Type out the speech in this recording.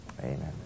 Amen